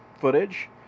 footage